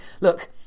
look